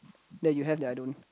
that you have that I don't